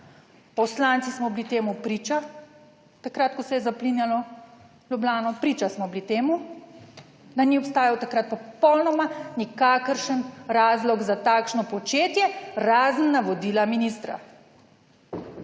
Poslanci smo bili temu priča takrat, ko se je zaplinjalo Ljubljano, priča smo bili temu, da ni obstajal takrat popolnoma nikakršen razlog za takšno početje, razen navodila ministra